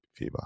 FIBA